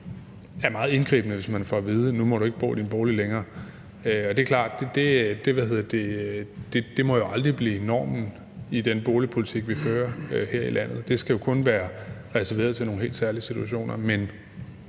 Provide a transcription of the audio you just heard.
er meget indgribende, hvis man får at vide: Nu må du ikke bo i din bolig længere. Og det er klart, at det jo aldrig må blive normen i den boligpolitik, vi fører her i landet. Det skal kun være reserveret til nogle helt særlige situationer.